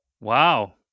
Wow